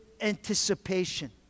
anticipation